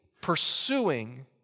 pursuing